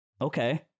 Okay